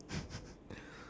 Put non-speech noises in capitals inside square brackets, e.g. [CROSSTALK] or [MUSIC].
[BREATH]